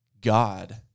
God